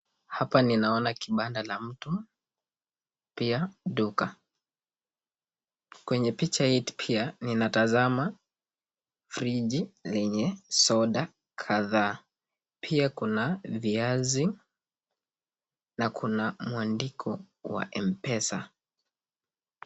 Hapa ninaona kibanda cha mtu, pia duka. Kwenye picha hii pia ninatazama friji lenye soda kadhaa. Pia kuna viazi na kuna mwandiko wa M-PESA.